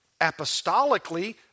apostolically